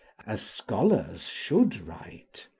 as scholars should write.